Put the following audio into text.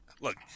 Look